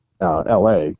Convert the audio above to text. LA